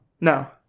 No